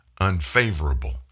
unfavorable